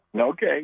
Okay